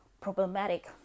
problematic